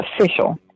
official